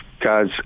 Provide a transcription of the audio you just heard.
guys